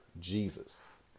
jesus